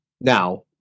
Now